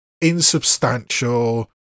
insubstantial